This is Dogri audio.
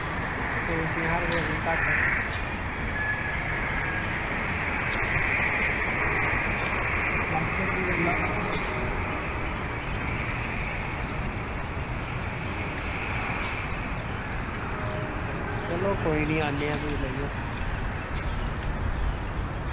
सौ पजांह् रपेऽ कोई घट्ट लैस्स करी लैओ घट्ट अच्छा चलो कोई निं ठीक ऐ आन्ने आं फ्ही लेइयै